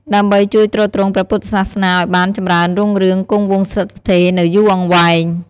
ដើម្បីជួយទ្រទ្រង់ព្រះពុទ្ធសាសនាឱ្យបានចំរើនរុងរឿងគង់វង្សស្ថិតស្ថេរនៅយូរអង្វែង។